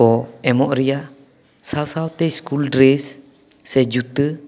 ᱠᱚ ᱮᱢᱚᱜ ᱨᱮᱭᱟᱜ ᱥᱟᱶ ᱥᱟᱶᱛᱮ ᱤᱥᱠᱩᱞ ᱰᱨᱮᱥ ᱥᱮ ᱡᱩᱛᱟᱹ